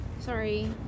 Sorry